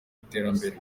iterambere